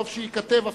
טוב שייכתב אפילו,